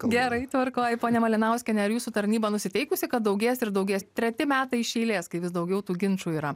gerai tvarkoj ponia malinauskienė ar jūsų tarnyba nusiteikusi kad daugės ir daugės treti metai iš eilės kai vis daugiau tų ginčų yra